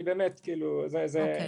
כאילו, באמת,